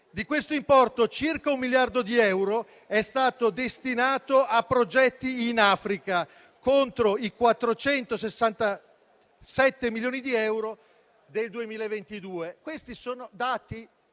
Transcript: Di questo importo, circa un miliardo di euro è stato destinato a progetti in Africa, contro i 467 milioni di euro del 2022. Questi dati